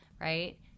Right